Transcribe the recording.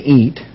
eat